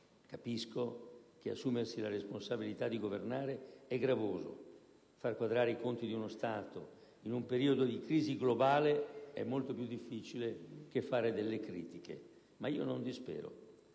Capisco che assumersi la responsabilità di governare è gravoso e che far quadrare i conti dello Stato in un periodo di crisi globale è molto più difficile che fare delle critiche. Ma io non dispero.